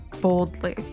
boldly